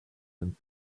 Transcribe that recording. and